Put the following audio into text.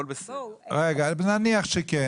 נניח שכן.